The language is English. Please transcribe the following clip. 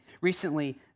Recently